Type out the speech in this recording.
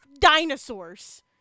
dinosaurs